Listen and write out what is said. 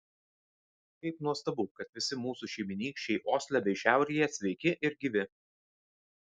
kaip nuostabu kad visi mūsų šeimynykščiai osle bei šiaurėje sveiki ir gyvi